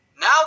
Now